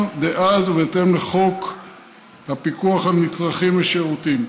דאז בהתאם לחוק הפיקוח על מצרכים ושירותים.